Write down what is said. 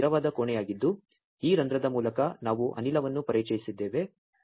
ಮತ್ತು ಇದು ಸ್ಥಿರವಾದ ಕೋಣೆಯಾಗಿದ್ದು ಈ ರಂಧ್ರದ ಮೂಲಕ ನಾವು ಅನಿಲವನ್ನು ಪರಿಚಯಿಸುತ್ತಿದ್ದೇವೆ